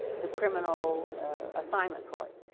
the criminal assignment court.